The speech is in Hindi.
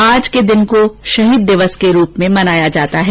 आज के दिन को शहीद दिवस के रूप में मनाया जाता है